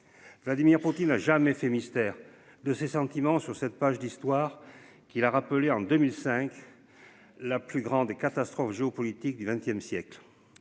Vladimir Poutine a jamais fait mystère de ses sentiments sur cette page d'histoire qui l'a rappelé en 2005. La plus grande catastrophe géopolitique du XXe siècle.